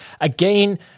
again